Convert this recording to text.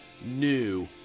new